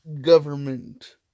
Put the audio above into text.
government